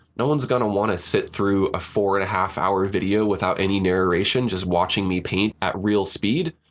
no one's going to want to sit through a four and a half hour video without any narration, just watching me paint at real speed.